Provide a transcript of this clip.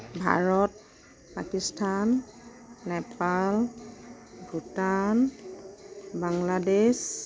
Bharat Pakistan Nepal Bhutan Bangladesh